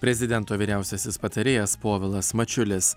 prezidento vyriausiasis patarėjas povilas mačiulis